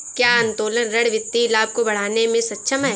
क्या उत्तोलन ऋण वित्तीय लाभ को बढ़ाने में सक्षम है?